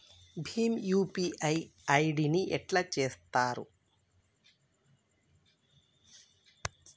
Bhim UPI ID ని ఎట్లా చేత్తరు?